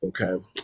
Okay